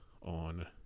on